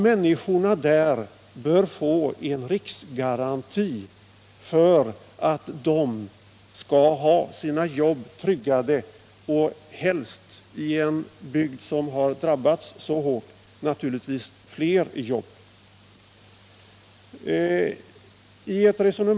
Människorna i området bör få en riksgaranti, så att de har sina arbeten tryggade. Och när det gäller en bygd som har drabbats så hårt bör det naturligtvis helst finnas flera arbeten.